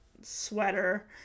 sweater